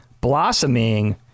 blossoming